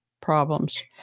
problems